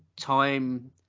time